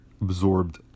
absorbed